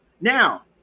Now